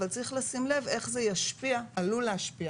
אבל צריך לשים לב איך זה עלול להשפיע